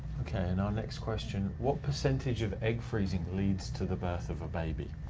okay, and our next question, what percentage of egg freezing leads to the birth of a baby?